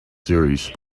series